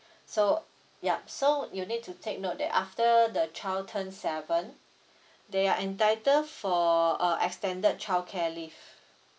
so yup so you need to take note that after the child turn seven they are entitled for a extended childcare leave